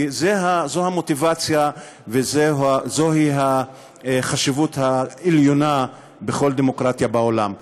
כי זו המוטיבציה וזוהי החשיבות העליונה בכל דמוקרטיה בעולם.